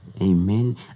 Amen